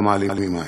אלא מעלימות עין,